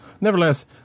Nevertheless